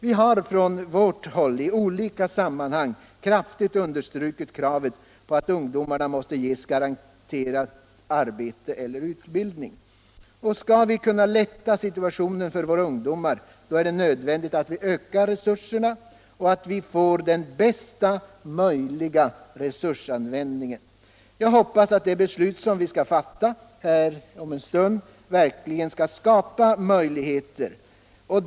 Vi har från vårt håll i olika sammanhang kraftigt — Obligatorisk understrukit kravet på att ungdomarna måste garanteras arbete eller ut — platsanmälan till bildning. Skall vi kunna lätta situationen för våra ungdomar är det nöd — den offentliga vändigt att vi ökar resurserna och att vi får den bästa möjliga resurs — arbetsförmedlingen. användningen. Jag hoppas att de beslut vi skall fatta om en stund verk = m.m. ligen skall skapa ökade möjligheter.